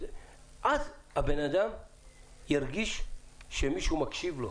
אז האדם ירגיש שמישהו מקשיב לו,